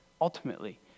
ultimately